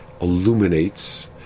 illuminates